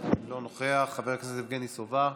לא נוכח, חבר הכנסת יבגני סובה,